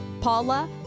paula